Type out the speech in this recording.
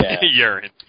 Urine